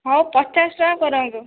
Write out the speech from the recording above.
ହଉ ପଚାଶଟଙ୍କା କରାଇବ